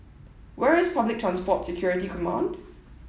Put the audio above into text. where is Public Transport Security Command